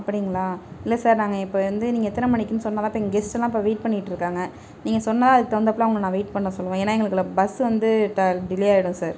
அப்படிங்ளா இல்லை சார் நாங்கள் இப்போ வந்து நீங்கள் எத்தனை மணிக்குன்னு சொன்னால் தான் இப்போ இங்கே கெஸ்ட்டெலாம் இப்போ வெயிட் பண்ணிகிட்டு இருக்காங்க நீங்கள் சொன்னால் தான் அதுக்கு தகுந்தாப்பில் அவங்ள நான் வெயிட் பண்ண சொல்லுவேன் ஏன்னால் எங்களுக்கு பஸ்ஸு வந்து டிலே ஆகிடும் சார்